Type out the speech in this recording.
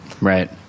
Right